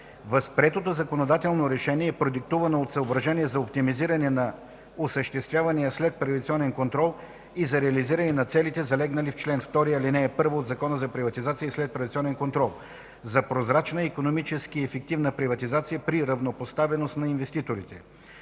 Възприетото законодателно решение е продиктувано от съображения за оптимизиране на осъществявания следприватизационен контрол и за реализиране на целите, залегнали в чл. 2, ал. 1 от Закона за приватизация и следприватизационен контрол, за прозрачна и икономически ефективна приватизация при равнопоставеност на инвеститорите.